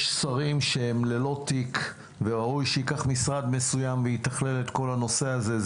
יש שרים ללא תיק וראוי שאחד ייקח משרד מסוים ויתכלל את כל הנושא הזה.